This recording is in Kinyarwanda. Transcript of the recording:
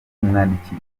kumwandikira